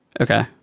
Okay